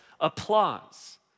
applause